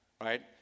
right